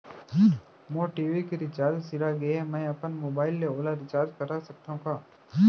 मोर TV के recharge सिरा गे हे, मैं अपन मोबाइल ले ओला रिचार्ज करा सकथव का?